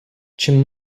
чим